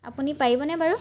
আপুনি পাৰিবনে বাৰু